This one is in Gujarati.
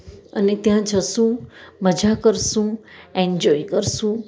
અને ત્યાં જશું મઝા કરશું એન્જોય કરશું